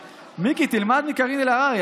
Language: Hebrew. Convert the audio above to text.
מיקי, תלמד מקארין אלהרר.